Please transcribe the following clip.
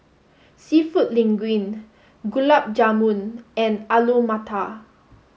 Seafood Linguine Gulab Jamun and Alu Matar